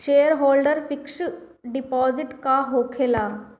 Shareholder fix deposit का होखे ला?